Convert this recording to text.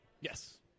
yes